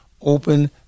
open